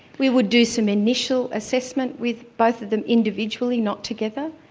we would do some initial assessment with both of them individually, not together,